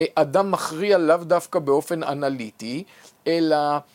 ‫אדם מכריע לאוו דווקא ‫באופן אנליטי, אלא...